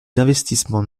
d’investissement